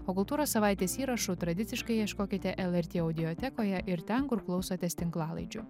o kultūros savaitės įrašų tradiciškai ieškokite lrt audiotekoje ir ten kur klausotės tinklalaidžių